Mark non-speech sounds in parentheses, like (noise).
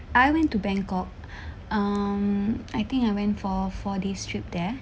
I went to bangkok (breath) um I think I went for four days trip there